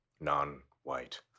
non-white